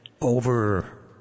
over